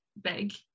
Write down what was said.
big